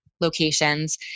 locations